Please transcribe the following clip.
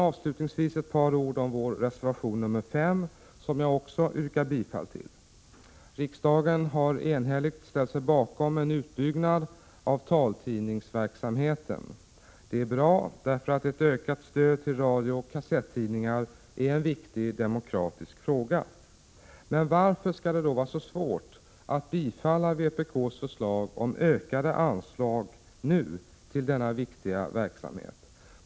Avslutningsvis ett par ord om vår reservation 5, som jag också yrkar bifall till. Riksdagen har enhälligt ställt sig bakom en utbyggnad av taltidningsverksamheten. Det är bra, därför att ett ökat stöd till radiooch kassettidningar är en viktig demokratisk fråga. Men varför skall det då vara så svårt att bifalla vpk:s förslag om ökade anslag nu till denna viktiga verksamhet.